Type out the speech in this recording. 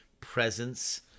presence